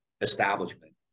establishment